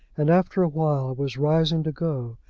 and after a while was rising to go,